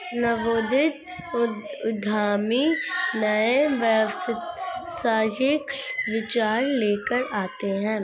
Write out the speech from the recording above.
नवोदित उद्यमी नए व्यावसायिक विचार लेकर आते हैं